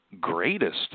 greatest